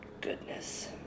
goodness